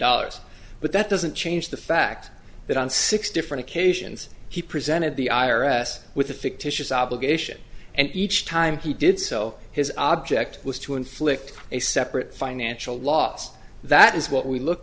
dollars but that doesn't change the fact that on six different occasions he presented the i r s with a fictitious obligation and each time he did so his object was to inflict a separate financial loss that is what we look